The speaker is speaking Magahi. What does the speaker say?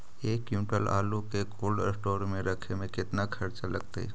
एक क्विंटल आलू के कोल्ड अस्टोर मे रखे मे केतना खरचा लगतइ?